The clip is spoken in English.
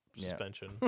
suspension